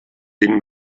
vint